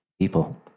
people